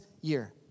year